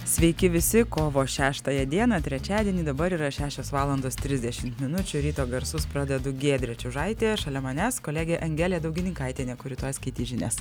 sveiki visi kovo šeštąją dieną trečiadienį dabar yra šešios valandos trisdešimt minučių ryto garsus pradedu giedrė čiužaitė šalia manęs kolegė angelė daugininkaitienė kuri tuoj skaitys žinias